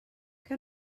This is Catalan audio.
que